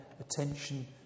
attention